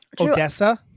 Odessa